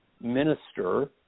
minister